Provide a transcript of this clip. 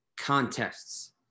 contests